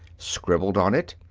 scribbled on it,